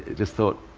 just thought,